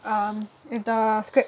um with the script